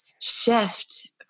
shift